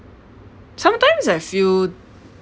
sometimes I feel